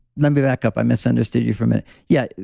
let me back up. i misunderstood you from it. yeah,